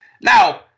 Now